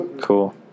Cool